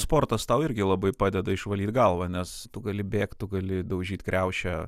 sportas tau irgi labai padeda išvalyt galvą nes tu gali bėgt tu gali daužyt kriaušę